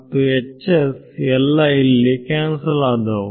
ಮತ್ತು Hs ಎಲ್ಲಾ ಇಲ್ಲಿ ಕ್ಯಾನ್ಸಲ್ ಆದವು